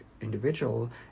individual